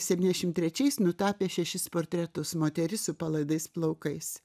septyniasdešim trečiais nutapė šešis portretus moteris su palaidais plaukais